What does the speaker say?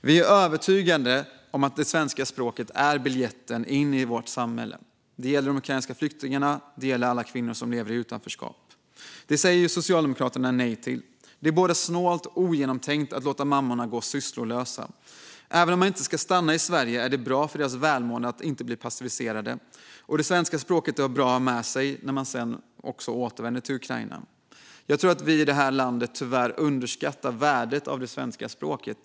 Vi är övertygade om att svenska språket är biljetten in i vårt samhälle. Det gäller de ukrainska flyktingarna, och det gäller alla kvinnor som lever i utanförskap. Det säger Socialdemokraterna nej till. Det är både snålt och ogenomtänkt att låta mammorna gå sysslolösa. Även om de inte ska stanna i Sverige är det bra för deras välmående att inte bli passiviserade. Det svenska språket är bra att ha med sig när de sedan återvänder till Ukraina. Jag tror att vi i det här landet tyvärr underskattar värdet av svenska språket.